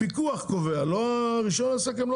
הפיקוח קובע, לא רישוי עסקים.